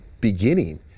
beginning